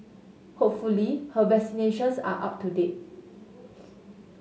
hopefully her vaccinations are up to date